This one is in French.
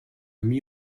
mis